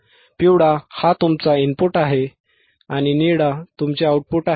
पिवळा हा तुमचा इनपुट सिग्नल आहे आणि निळा तुमचे आउटपुट आहे